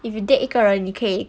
if you date 一个人你可以